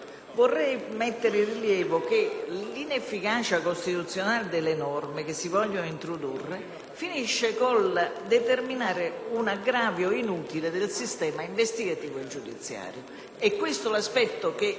vorrei mettere in rilievo che l'inefficacia costituzionale delle norme che si vogliono introdurre finisce col determinare un aggravio inutile del sistema investigativo e giudiziario: